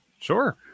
sure